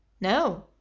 No